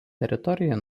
teritorijoje